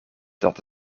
dat